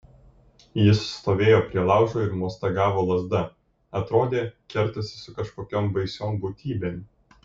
jis stovėjo prie laužo ir mostagavo lazda atrodė kertasi su kažkokiom baisiom būtybėm